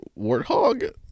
warthog